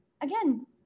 again